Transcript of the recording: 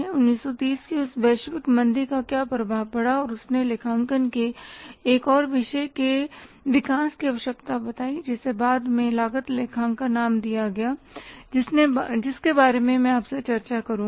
1930 की उस वैश्विक मंदी का क्या प्रभाव पड़ा और इसने लेखांकन के एक और विषय के विकास की आवश्यकता बताई जिसे बाद में लागत लेखांकन नाम दिया गया जिसके बारे में मैं आपसे चर्चा करुंगा